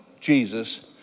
Jesus